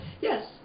Yes